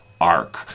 ark